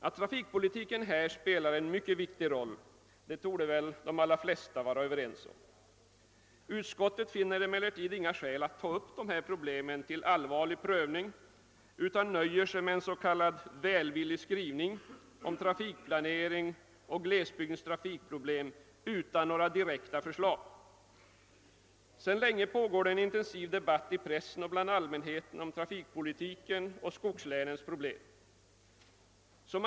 Att trafikpolitiken härvidlag spelar en mycket viktig roll torde de allra flesta vara överens om. Utskottet finner emellertid inga skäl att ta upp dessa problem till allvarlig prövning utan nöjer sig med en s.k. välvillig skrivning om trafikplanering och om glesbygdens trafikproblem utan att framföra några direkta förslag. Sedan länge pågår en intensiv debatt i pressen och bland allmänheten om trafikpolitiken och om skogslänens problem.